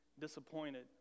disappointed